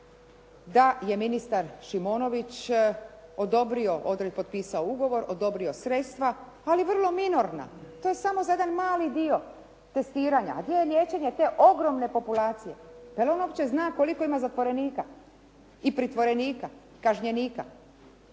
da je ministar Šimonović potpisao ugovor, odobrio sredstva, ali vrlo minorna. To je samo za jedan mali dio testiranja, a gdje je liječenje te ogromne populacije. Pa jel on uopće zna koliko ima zatvorenika i pritvorenika, kažnjenika?